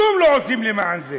כלום לא עושים למען זה.